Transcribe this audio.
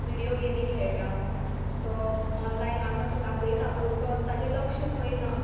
video गेमी खेळटात तो ऑनलायन आसा सो दाखयता पूण तो ताचें लक्ष थंय ना